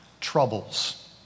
troubles